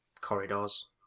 corridors